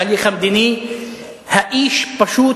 להכיר דה-פקטו